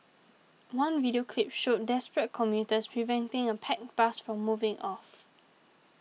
one video clip showed desperate commuters preventing a packed bus from moving off